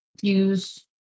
use